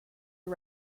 are